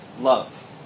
love